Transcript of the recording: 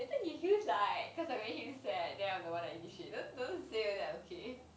later he feels like cause I make him sad then I'm the one that initiate don't don't say that okay